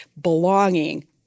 belonging